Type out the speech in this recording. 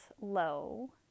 low